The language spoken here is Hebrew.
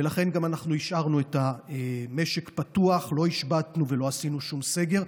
ולכן אנחנו גם השארנו את המשק פתוח ולא השבתנו ולא עשינו שום סגר,